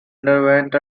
underwent